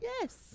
Yes